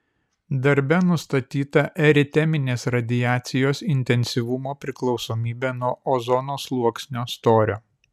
darbe nustatyta eriteminės radiacijos intensyvumo priklausomybė nuo ozono sluoksnio storio